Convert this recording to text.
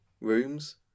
rooms